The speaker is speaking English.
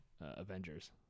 Avengers